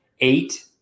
eight